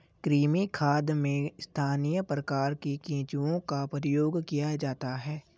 कृमि खाद में स्थानीय प्रकार के केंचुओं का प्रयोग किया जाता है